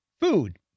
food